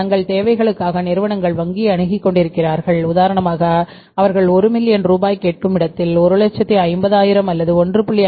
தங்கள் தேவைகளுக்காக நிறுவனங்கள் வங்கியை அணுகிக் கொண்டிருக்கிறார்கள் உதாரணமாக அவர்கள் 1 மில்லியன் ரூபாய் கேட்கும் இடத்தில் 150000 அல்லது 1